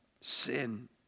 sin